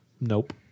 Nope